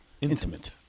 intimate